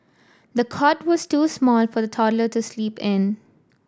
the cot was too small for the toddler to sleep in